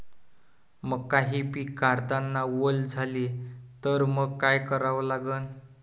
मका हे पिक काढतांना वल झाले तर मंग काय करावं लागन?